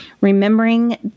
remembering